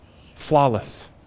Flawless